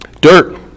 dirt